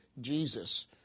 Jesus